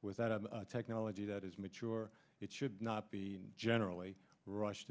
without a technology that is mature it should not be generally rushed to